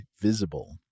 Visible